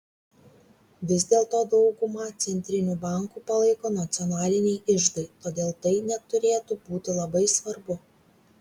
vis dėlto daugumą centrinių bankų palaiko nacionaliniai iždai todėl tai neturėtų būti labai svarbu